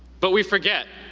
but we forget,